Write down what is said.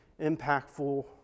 impactful